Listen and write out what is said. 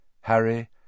Harry